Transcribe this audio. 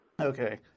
Okay